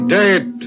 dead